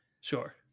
Sure